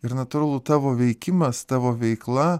ir natūralu tavo veikimas tavo veikla